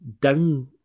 down